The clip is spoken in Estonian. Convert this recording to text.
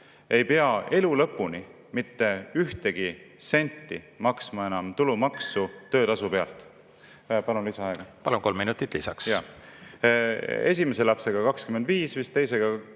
ei pea elu lõpuni mitte ühtegi senti maksma enam tulumaksu töötasu pealt. Palun lisaaega. Palun, kolm minutit lisaks! Esimese lapsega on [tulumaks